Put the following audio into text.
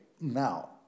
now